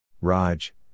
Raj